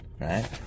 right